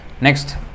next